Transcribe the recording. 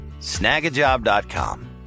Snagajob.com